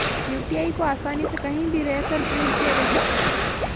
UPI को आसानी से कहीं भी रहकर प्रयोग किया जा सकता है